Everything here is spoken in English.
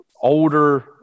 older